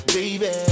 Baby